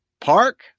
park